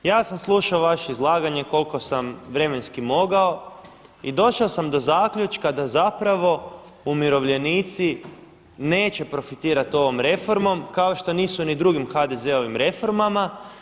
Ja sam slušao vaše izlaganje koliko sam vremenski mogao i došao sam do zaključka da umirovljenici neće profitirati ovom reformom kao što nisu ni drugim HDZ-ovim reformama.